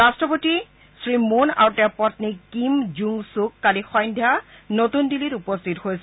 ৰাট্টপতি শ্ৰীমূন আৰু তেওঁৰ পদ্মী কিম জুং ছুক কালি সন্ধ্যা নতূন দিল্লীত উপস্থিত হৈছিল